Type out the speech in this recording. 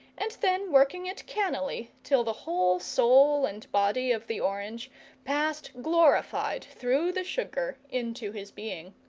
and then working it cannily till the whole soul and body of the orange passed glorified through the sugar into his being.